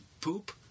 poop